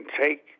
take